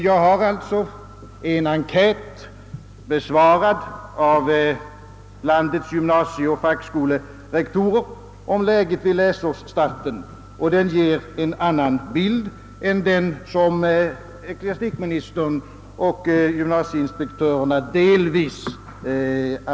Jag har som underlag en enkät, besvarad av landets gymnasieoch fackskolerektorer, om läget vid läsårsstarten, och den ger en annan bild av förhållandena än den som ecklesiastikministern och delvis gymnasieinspektörerna ger.